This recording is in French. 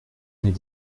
n’est